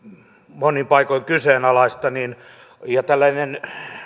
monin paikoin kyseenalaista ja tällainen